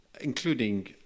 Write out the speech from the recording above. including